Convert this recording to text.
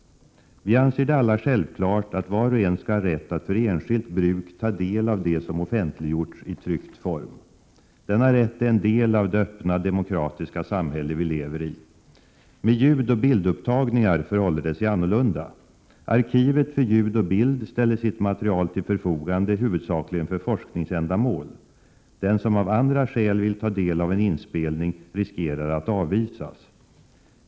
Vi anser det alla självklart att var och en skall ha rätt att för enskilt bruk ta del av det som offentliggjorts i tryckt form. Denna rätt är en del av det öppna demokratiska samhälle vi lever i. Med ljudoch bildupptagningar förhåller det sig annorlunda. Arkivet för ljud och bild ställer sitt material till förfogande huvudsakligen för forskningsändamål. Den som av andra skäl vill ta del av en inspelning riskerar att avvisas.